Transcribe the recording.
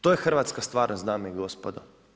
To je hrvatska stvarnost dame i gospodo.